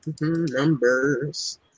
Numbers